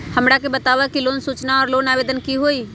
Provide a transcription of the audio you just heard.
हमरा के बताव कि लोन सूचना और लोन आवेदन की होई?